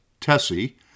Tessie